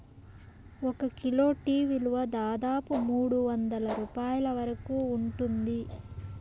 ఒక kilo tea విలువ దాదాపు మూడువందల రూపాయల వరకు ఉంటుంది